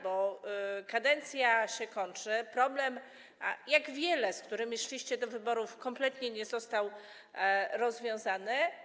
Bo kadencja się kończy, problem, jak wiele, z którymi szliście do wyborów, kompletnie nie został rozwiązany.